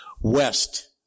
west